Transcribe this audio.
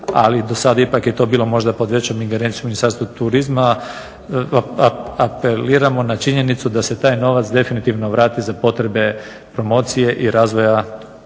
ali do sada je to ipak bilo možda pod većom ingerencijom Ministarstvom turizma, apeliramo na činjenicu da se taj novac definitivno vrati za potrebe promocije i razvoja turizma